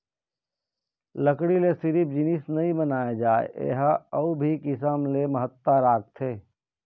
लकड़ी ले सिरिफ जिनिस नइ बनाए जाए ए ह अउ भी किसम ले महत्ता राखथे